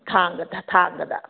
ꯊꯥꯡꯒꯗ ꯊꯥꯡꯒꯗ